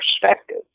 perspective